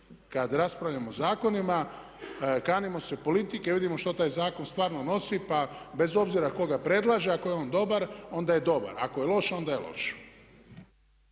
Kad raspravljamo o zakonima kanimo se politike, vidimo što taj zakon stvarno nosi, pa bez obzira tko ga predlaže, ako je on dobar onda je dobar, ako je loš onda je loš.